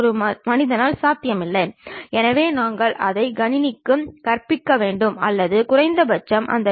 உங்கள் முன்னால் இருக்கும் திரையை நீங்கள் உற்றுநோக்கும் போது அது செவ்வக வடிவில் இருக்கும்